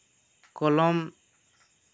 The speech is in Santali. ᱠᱚᱞᱚᱢ